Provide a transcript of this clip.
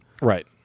Right